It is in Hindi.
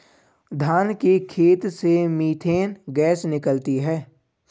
धान के खेत से मीथेन गैस निकलती है